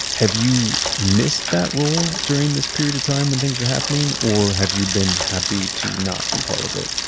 have you missed that role during this period of time when things are happening? or have you been happy to not be part of it,